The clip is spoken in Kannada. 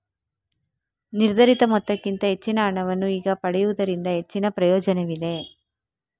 ನಿರ್ಧರಿತ ಮೊತ್ತಕ್ಕಿಂತ ಹೆಚ್ಚಿನ ಹಣವನ್ನು ಈಗ ಪಡೆಯುವುದರಿಂದ ಹೆಚ್ಚಿನ ಪ್ರಯೋಜನವಿದೆ